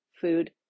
food